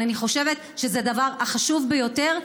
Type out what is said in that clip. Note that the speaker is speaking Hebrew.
אני חושבת שזה הדבר החשוב ביותר,